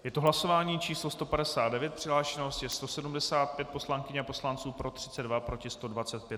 Je to hlasování číslo 159, přihlášeno je 175 poslankyň a poslanců, pro 32, proti 125.